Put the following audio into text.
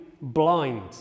blind